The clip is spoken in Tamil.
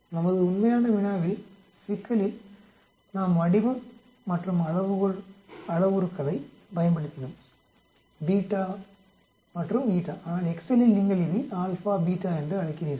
நமது உண்மையான வினாவில் சிக்கலில் நாம் வடிவம் மற்றும் அளவுகோள் அளவுருக்களைப் பயன்படுத்தினோம் β மற்றும் ஆனால் எக்செல்லில் நீங்கள் இதை α β என்று அழைக்கிறீர்கள்